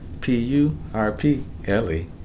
P-U-R-P-L-E